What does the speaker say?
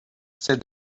said